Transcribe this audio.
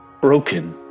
broken